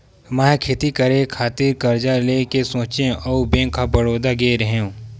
मै ह खेती करे खातिर करजा लेय के सोचेंव अउ बेंक ऑफ बड़ौदा गेव रेहेव